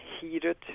heated